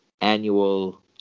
Annual